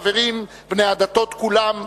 חברים בני הדתות כולם,